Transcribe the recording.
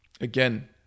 again